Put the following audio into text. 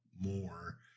more